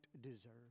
deserve